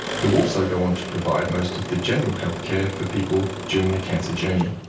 who also go on to provide most of the general health care for people during their cancer journey.